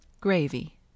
gravy